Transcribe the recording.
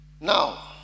Now